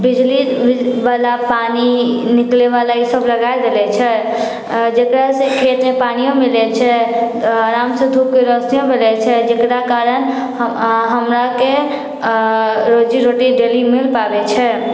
बिजली वला पानि निकलैवाला ई सभ लगाए देने छै जेकरासँ खेतमे पानियो मिलैत छै आरामसँ धूप मिलैत छै जेकरा कारण हम हमराके रोजी रोटी डेली मिल पाबैत छै